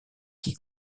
qui